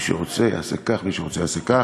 מי שרוצה יעשה כך, מי שרוצה יעשה כך.